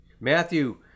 Matthew